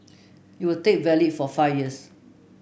it will valid for five years